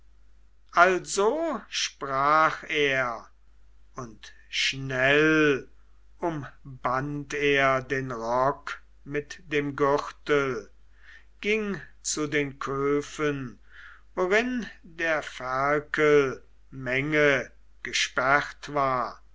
also sprach er und schnell umband er den rock mit dem gürtel ging zu den kofen worin der ferkel menge gesperrt war